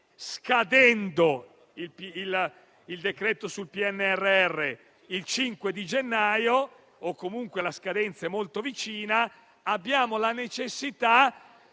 scadendo il decreto sul PNRR il 5 gennaio, o comunque avendo una scadenza molto vicina, abbiamo la necessità